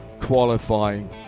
Qualifying